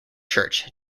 church